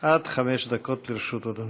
עד חמש דקות לרשות אדוני.